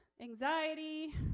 anxiety